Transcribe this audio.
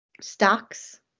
Stocks